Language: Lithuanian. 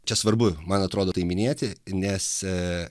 čia svarbu man atrodo tai minėti nes